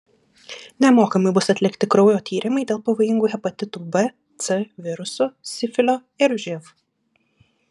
nemokamai bus atlikti kraujo tyrimai dėl pavojingų hepatitų b c virusų sifilio ir živ